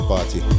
Party